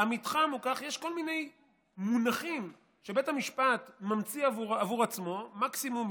"המתחם הוא כך" יש כל מיני מונחים שבית המשפט ממציא עבור עצמו: מקסימום,